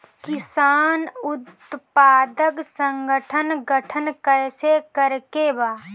किसान उत्पादक संगठन गठन कैसे करके बा?